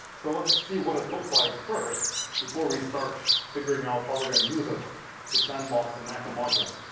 so let's see what it looks like first before we start figuring out how we're going to use it to sandbox the next module.